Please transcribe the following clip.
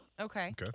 Okay